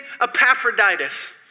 Epaphroditus